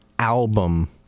album